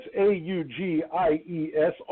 A-U-G-I-E-S